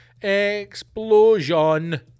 explosion